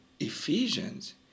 Ephesians